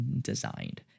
designed